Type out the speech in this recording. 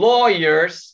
Lawyers